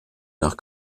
nach